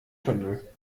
tunnel